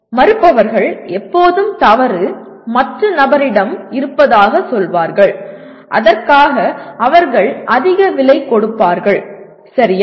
மறுப்பவர்கள் எப்போதும் தவறு மற்ற நபரிடம் இருப்பதாகச் சொல்வார்கள் அதற்காக அவர்கள் அதிக விலை கொடுப்பார்கள் சரியா